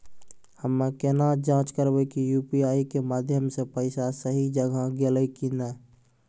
हम्मय केना जाँच करबै की यु.पी.आई के माध्यम से पैसा सही जगह गेलै की नैय?